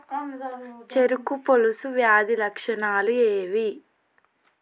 చెరుకు పొలుసు వ్యాధి లక్షణాలు ఏవి?